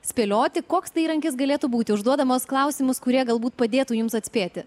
spėlioti koks tai įrankis galėtų būti užduodamos klausimus kurie galbūt padėtų jums atspėti